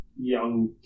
young